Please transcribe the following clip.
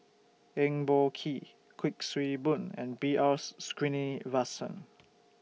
Eng Boh Kee Kuik Swee Boon and B R Sreenivasan